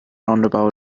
roundabout